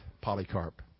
Polycarp